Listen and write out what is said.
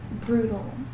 brutal